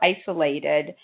isolated